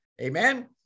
Amen